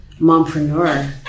mompreneur